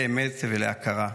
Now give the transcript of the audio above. לאמת ולהכרה.